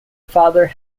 father